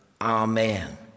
Amen